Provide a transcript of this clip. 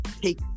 take